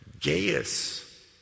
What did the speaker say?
Gaius